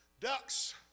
Ducks